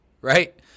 right